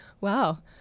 wow